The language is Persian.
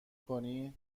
کنی